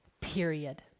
period